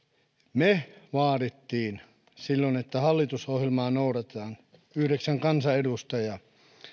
me vaadimme silloin että hallitusohjelmaa noudatetaan yhdeksän kansanedustajaa